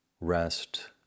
rest